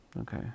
Okay